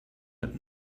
mit